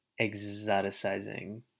exoticizing